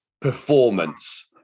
performance